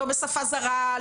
לא בשפה זרה,